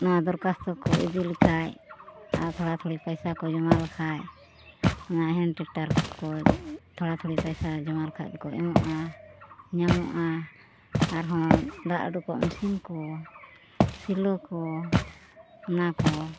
ᱱᱚᱣᱟ ᱫᱚᱨᱠᱷᱟᱥᱛᱚ ᱠᱚ ᱤᱫᱤ ᱞᱮᱠᱷᱟᱱ ᱟᱨ ᱛᱷᱚᱲᱟ ᱛᱷᱩᱲᱤ ᱯᱚᱭᱥᱟ ᱠᱚ ᱡᱚᱢᱟ ᱞᱮᱠᱷᱟᱱ ᱚᱱᱟ ᱦᱮᱱ ᱴᱨᱟᱠᱴᱚᱨ ᱠᱚ ᱛᱷᱚᱲᱟ ᱛᱷᱚᱲᱤ ᱯᱚᱭᱥᱟ ᱠᱚ ᱡᱚᱢᱟ ᱞᱮᱠᱷᱟᱱ ᱫᱚᱠᱚ ᱮᱢᱚᱜᱼᱟ ᱧᱟᱢᱚᱜᱼᱟ ᱟᱨᱦᱚᱸ ᱫᱟᱜ ᱚᱰᱩᱠᱚᱜ ᱢᱤᱥᱤᱱ ᱠᱚ ᱥᱮᱞᱚ ᱠᱚ ᱚᱱᱟᱠᱚ